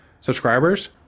subscribers